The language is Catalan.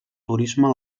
turisme